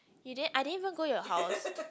you didn't I didn't even go your house